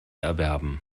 erwerben